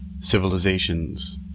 civilizations